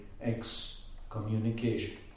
excommunication